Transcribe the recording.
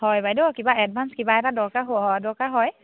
হয় বাইদেউ কিবা এডভাঞ্চ কিবা এটা দৰকাৰ হ দৰকাৰ হয়